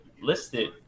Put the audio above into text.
listed